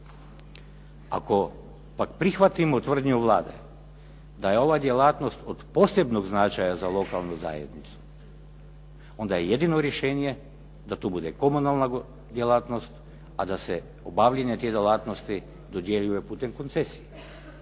Ako pak prihvatimo tvrdnju Vlade da je ova djelatnost od posebnog značaja za lokalnu zajednicu, onda je jedino rješenje da to bude komunalna djelatnost, a da se obavljanje te djelatnosti dodjeljuje putem koncesije.